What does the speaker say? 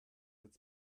its